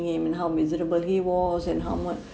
him and how miserable he was and how much